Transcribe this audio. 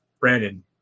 Brandon